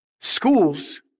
schools